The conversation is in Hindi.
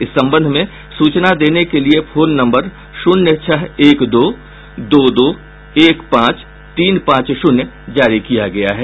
इस संबंध में सूचना देने के लिये फोन नम्बर शून्य छह एक दो दो दो एक पांच तीन पांच शून्य जारी किया गया है